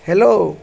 hello